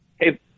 Hey